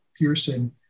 Pearson